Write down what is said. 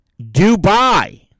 Dubai